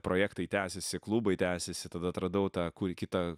projektai tęsėsi klubai tęsėsi tada atradau tą ku kitą